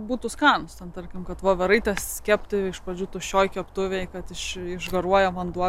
būtų skanūs ten tarkim kad voveraites kepti iš pradžių tuščioje keptuvėje kad iš išgaruoja vanduo